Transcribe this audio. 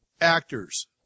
actors